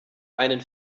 einen